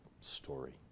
story